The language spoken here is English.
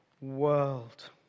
world